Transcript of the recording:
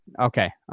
Okay